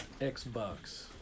Xbox